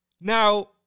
now